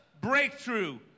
breakthrough